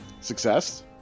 Success